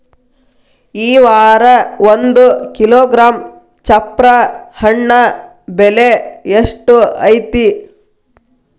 ಈ ವಾರ ಒಂದು ಕಿಲೋಗ್ರಾಂ ಚಪ್ರ ಹಣ್ಣ ಬೆಲೆ ಎಷ್ಟು ಐತಿ?